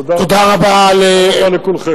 תודה רבה לכולכם.